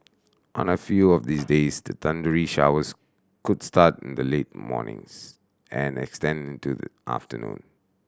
on a few of these days the thundery showers could start in the late mornings and extend into the afternoon